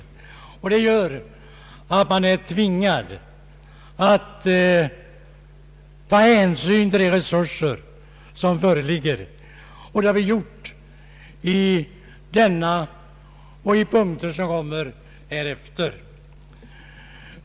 Man är därför tvingad att ta hänsyn till de resurser som föreligger. Det har vi gjort i denna punkt och i de punkter som kommer härefter.